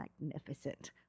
magnificent